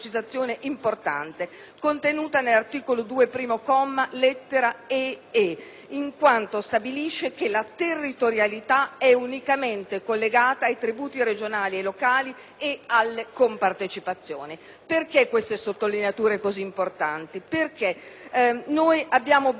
in quanto stabilisce che la territorialità è unicamente collegata ai tributi regionali e locali e alle compartecipazioni. Perché questa sottolineatura è così importante? Perché abbiamo ben presente che cosa conteneva il modello legislativo previsto dalla Regione Lombardia,